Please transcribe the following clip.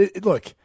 Look